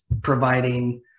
providing